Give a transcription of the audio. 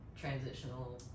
transitional